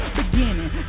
beginning